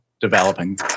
developing